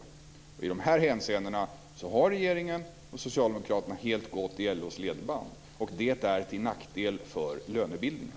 I dessa hänseenden har regeringen och socialdemokraterna gått helt i LO:s ledband, och det är till nackdel för lönebildningen.